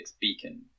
beacon